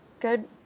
good